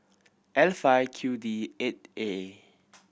L five Q D eight A